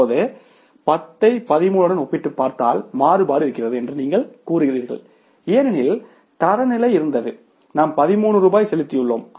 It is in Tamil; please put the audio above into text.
இப்போது 10 ஐ 13 உடன் ஒப்பிட்டுப் பார்த்தால் மாறுபாடு இருக்கிறது என்று நீங்கள் கூறுவீர்கள் ஏனெனில் தரநிலை இருந்தது நாம் 13 ரூபாய் செலுத்தியுள்ளோம்